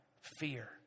fear